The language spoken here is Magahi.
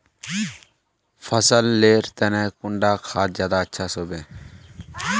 फसल लेर तने कुंडा खाद ज्यादा अच्छा सोबे?